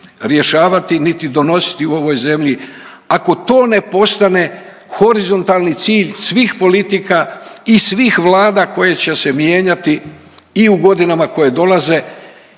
rješavati niti donositi u ovoj zemlji ako to ne postane horizontalni cilj svih politika i svih Vlada koje će se mijenjati i u godinama koje dolaze